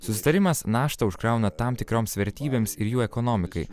susitarimas naštą užkrauna tam tikroms vertybėms ir jų ekonomikai